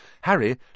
Harry